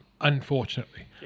unfortunately